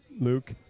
luke